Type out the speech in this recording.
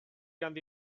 handi